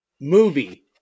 movie